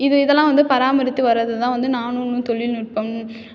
இது இதெல்லாம் வந்து பராமரித்து வர்றது தான் வந்து நானோ தொழில்நுட்பம்